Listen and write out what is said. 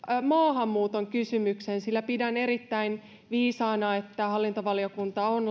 maahanmuuton kysymyksen sillä pidän erittäin viisaana että hallintovaliokunta on